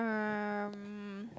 um